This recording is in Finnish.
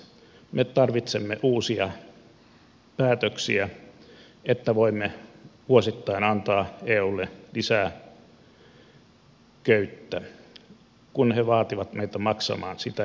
me tarvitsemme uusia päätöksiä että voimme vuosittain antaa eulle lisää köyttä kun he vaativat meitä maksamaan sitä ja tätä